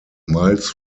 miles